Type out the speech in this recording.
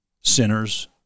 sinners